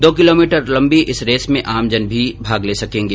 दो किलोमीटर लम्बी इस रेस में आमजन भी भाग ले सकेंगे